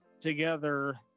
together